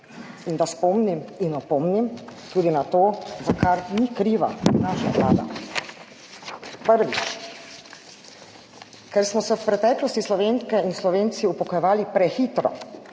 in da spomnim in opomnim tudi na to, za kar ni kriva naša vlada. Prvič. Ker smo se v preteklosti Slovenke in Slovenci upokojevali prehitro,